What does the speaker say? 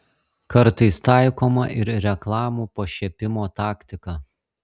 kartais taikoma ir reklamų pašiepimo taktika